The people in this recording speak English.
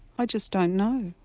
i just don't know,